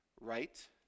Right